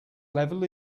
level